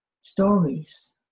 stories